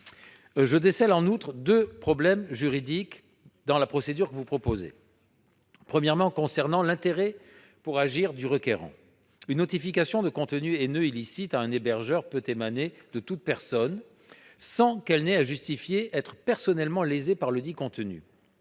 Je décèle, en outre, deux problèmes juridiques dans la procédure que vous proposez. Premièrement, concernant l'intérêt pour agir du requérant, une notification de contenu haineux illicite à un hébergeur peut émaner de toute personne sans qu'elle ait à justifier qu'elle est personnellement lésée par ledit contenu.